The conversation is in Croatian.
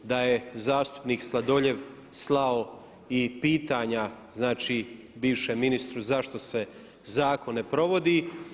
Da je zastupnik Sladoljev slao i pitanja, znači bivšem ministru zašto se zakon ne provodi.